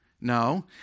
No